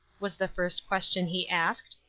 was the first question he asked.